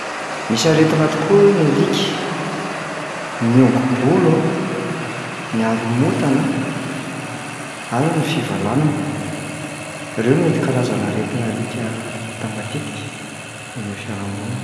Misy aretina tokoa ny alika, miongo-bolo a, ny haromotana, ary ny fivalanana. Reo no mety karazana aretina hita matetika eny am'fiarahamonina.